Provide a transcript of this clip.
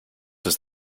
does